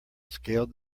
scaled